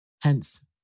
hence